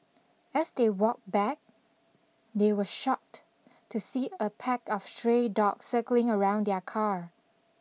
as they walked back they were shocked to see a pack of stray dogs circling around their car